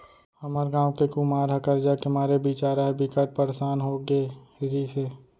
हमर गांव के कुमार ह करजा के मारे बिचारा ह बिकट परसान हो गे रिहिस हे